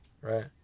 right